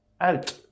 out